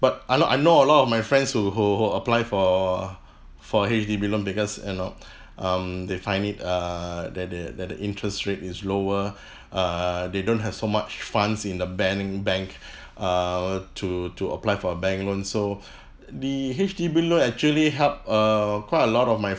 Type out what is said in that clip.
but I know I know a lot of my friends who who who apply for a for a H_D_B loan because you know um they find it err that the that the interest rate is lower err they don't have so much funds in the ban~ bank err to to apply for a bank loan so the H_D_B loan actually help err quite a lot of my